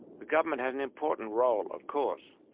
the government has an important role, of course.